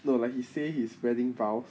no lah he say his wedding vows